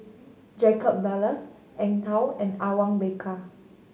Jacob Ballas Eng Tow and Awang Bakar